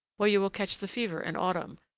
where you will catch the fever in autumn,